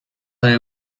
they